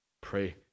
Pray